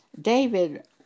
David